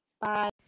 Bye